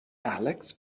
alex